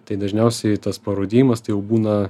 tai dažniausiai tas parudijimas tai jau būna